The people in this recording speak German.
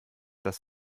das